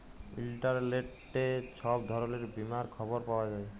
ইলটারলেটে ছব ধরলের বীমার খবর পাউয়া যায়